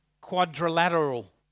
quadrilateral